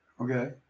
Okay